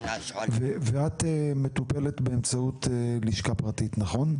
ואת מטופלת באמצעות לשכה פרטית נכון?